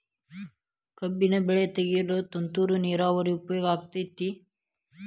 ಕಬ್ಬಿನ ಬೆಳೆ ತೆಗೆಯಲು ತುಂತುರು ನೇರಾವರಿ ಉಪಯೋಗ ಆಕ್ಕೆತ್ತಿ?